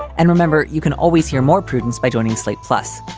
and remember, you can always hear more prudence by joining slate plus,